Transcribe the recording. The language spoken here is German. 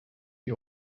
die